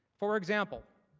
for example,